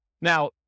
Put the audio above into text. now